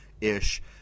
ish